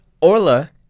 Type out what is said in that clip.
Orla